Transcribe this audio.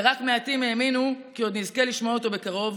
ורק מעטים האמינו כי עוד נזכה לשמוע אותו בקרוב,